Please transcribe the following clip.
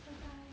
bye bye